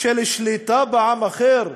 של שליטה בעם אחר?